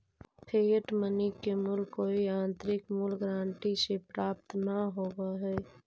fiat money के मूल्य कोई आंतरिक मूल्य गारंटी से प्राप्त न होवऽ हई